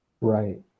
Right